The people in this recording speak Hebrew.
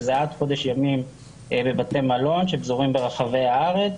שזה עד חודש ימים בבתי מלון שפזורים ברחבי הארץ.